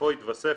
בסופו יתווסף,